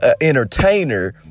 entertainer